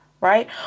Right